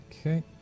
Okay